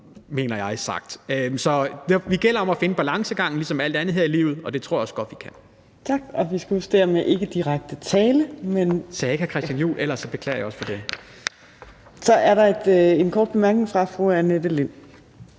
mener jeg. Så det gælder om at finde balancegangen ligesom i alt andet her i livet, og det tror jeg også godt vi kan. Kl. 18:00 Fjerde næstformand (Trine Torp): Tak. Så er der en kort bemærkning fra fru Annette Lind.